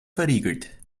verriegelt